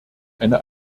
eine